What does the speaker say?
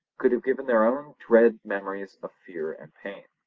could have given their own dread memories of fear and pain.